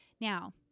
Now